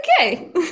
okay